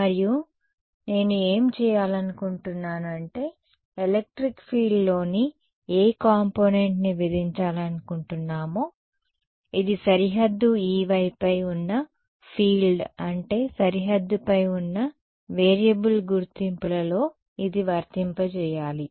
మరియు నేను ఏమి చేయాలనుకుంటున్నాను అంటే ఎలెక్ట్రిక్ ఫీల్డ్లోని ఏ కాంపోనెంట్ని విధించాలనుకుంటున్నామో ఇది సరిహద్దు Ey పై ఉన్న ఫీల్డ్ అంటే సరిహద్దు పై ఉన్న వేరియబుల్ గుర్తింపులలో ఇది వర్తింపజేయాలి